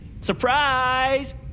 Surprise